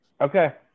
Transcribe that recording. Okay